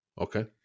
Okay